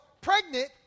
pregnant